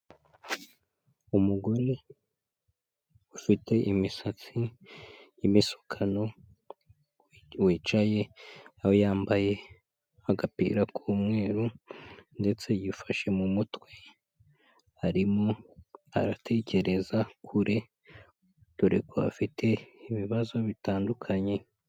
Umugore ufite imisatsi y'imisukano wicaye aho yambaye agapira k'umweru ndetse yifashe mu mutwe arimo aratekereza kure dore ko afite ibibazo bitandukanye.